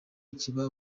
kiba